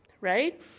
right